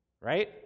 right